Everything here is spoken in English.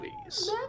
please